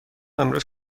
امروز